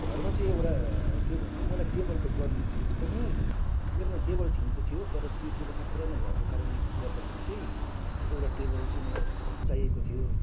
घरमा चाहिँ एउटा के भन्नु मलाई टेबलको जरुरी थियो एकदमै मेरोमा टेबल थिन त थियो तर त्यो टेबल चाहिँ पुरानो भएको कारणले गर्दाखेरि चाहिँ एउटा टेबल चाहिँ मलाई चाहिएको थियो